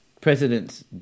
presidents